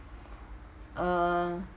uh